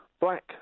black